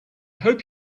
hope